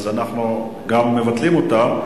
אנחנו מבטלים אותה,